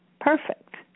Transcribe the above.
perfect